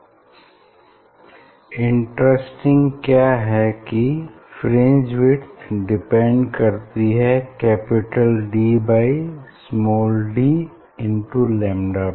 इसमें इंटरेस्टिंग क्या है कि फ्रिंज विड्थ डिपेंड करती है capital D by small D into lambda पर